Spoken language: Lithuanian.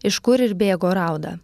iš kur ir bėgo rauda